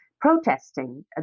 protesting